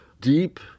deep